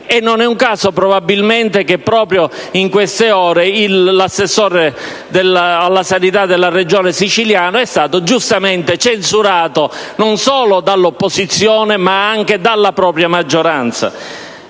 Non è un caso probabilmente che proprio in queste ore l'assessore alla sanità della Regione siciliana è stato giustamente censurato non solo dall'opposizione, ma anche dalla propria maggioranza.